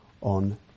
on